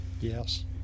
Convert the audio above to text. Yes